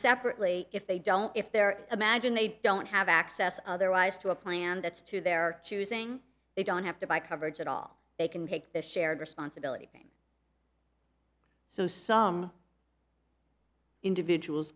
separately if they don't if they're imagine they don't have access otherwise to a plan that's to their choosing they don't have to buy coverage at all they can take the shared responsibility so some individuals